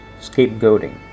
scapegoating